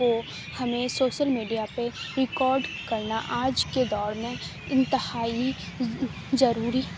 کو ہمیں social media پہ ریکارڈ کرنا آج کے دور میں انتہائی ضروری